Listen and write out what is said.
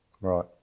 right